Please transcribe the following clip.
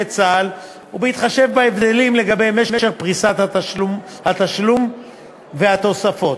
צה"ל ובהתחשב בהבדלים לגבי משך פריסת התשלום והתוספת.